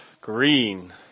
green